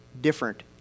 different